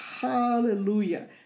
Hallelujah